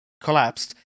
collapsed